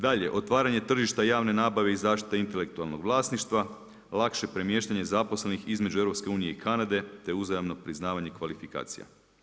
Dalje, otvaranje tržišta javne nabave i zaštita intelektualnog vlasništva, lakše premještanje zaposlenih između EU i Kanade te uzajamno priznavanje kvalifikacija.